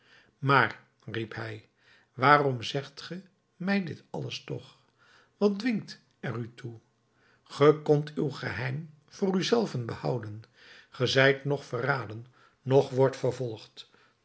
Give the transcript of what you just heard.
maar riep hij waarom zegt ge mij dit alles toch wat dwingt er u toe ge kondt uw geheim voor u zelven behouden ge zijt noch verraden noch wordt vervolgd